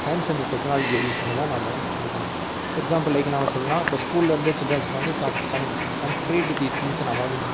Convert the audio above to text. science and டெக்னாலஜியை use பண்ணி தான் நாம் வந்து கொடுக்கணும் எக்ஸாம்பிள் லைக் நாம் சொல்லணும்ன்னா இப்போ ஸ்கூலில் இருந்து சில்ட்ரன்ஸுக்கு வந்து சம் சம் சம் கிரியேட்டிவ்விட்டி திங்க்ஸை நம்ம வந்து